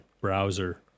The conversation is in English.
browser